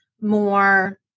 more